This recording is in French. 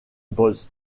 boys